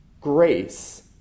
grace